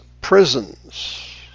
prisons